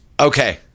Okay